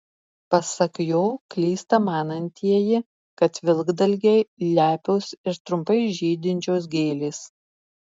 pasak jo klysta manantieji kad vilkdalgiai lepios ir trumpai žydinčios gėlės